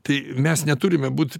tai mes neturime būt